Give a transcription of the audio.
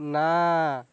ନା